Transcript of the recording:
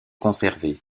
conservée